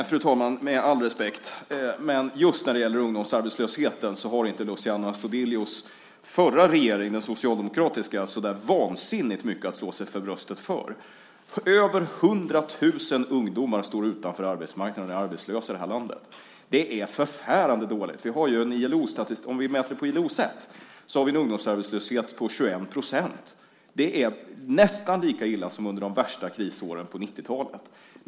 Fru talman! Med all respekt för Luciano Astudillo, men just när det gäller ungdomsarbetslösheten har inte den förra, socialdemokratiska regeringen så vansinnigt mycket att slå sig på bröstet för. Över 100 000 ungdomar står utanför arbetsmarknaden och är arbetslösa i det här landet. Det är förfärande dåligt. Om vi mäter på ILO-sätt har vi en ungdomsarbetslöshet på 21 %. Det är nästan lika illa som det var under de värsta krisåren på 90-talet.